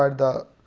um the,